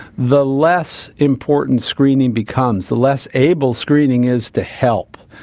the less important screening becomes, the less able screening is to help.